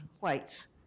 whites